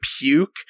puke